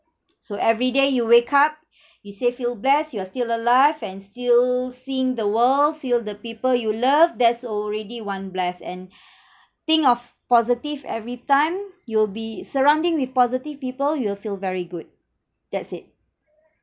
so every day you wake up you say feel blessed you are still alive and still seeing the world see all the people you love that's already one bless and think of positive every time you'll be surrounding with positive people you'll feel very good that's it